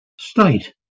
state